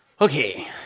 Okay